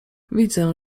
widzę